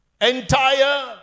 entire